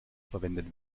verwendet